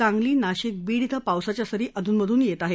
सांगली नाशिक बीड क्रें पावसाच्या सरी अधूनमधून येत आहेत